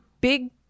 big